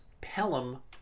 Pelham